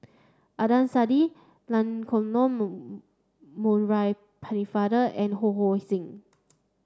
Adnan Saidi Pennefather and Ho Hong Sing